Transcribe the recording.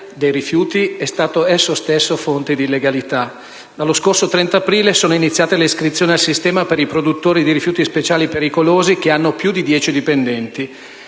dei rifiuti, è stato esso stesso fonte d'illegalità. Dallo scorso 30 aprile sono iniziate le iscrizioni al sistema per i produttori di rifiuti speciali pericolosi che hanno più di 10 dipendenti.